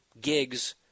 gigs